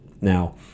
Now